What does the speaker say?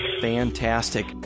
fantastic